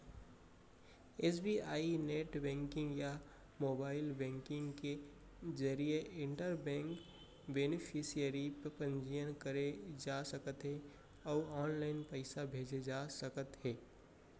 SBI net banking या mobile banking के जरिए इंटर बेंक बेनिफिसियरी पंजीयन करे जा सकत हे अउ ऑनलाइन पइसा भेजे जा सकत हे